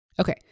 Okay